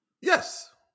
Yes